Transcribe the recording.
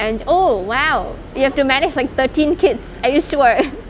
an~ oh !wow! you have to manage like thirteen kids are you sure